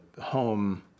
home